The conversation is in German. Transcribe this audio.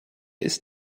ist